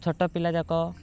ଛୋଟ ପିଲା ଯାକ